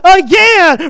again